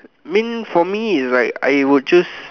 mean for me is like I will choose